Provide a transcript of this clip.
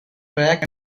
track